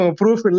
proof